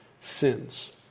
sins